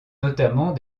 notamment